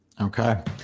Okay